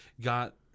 got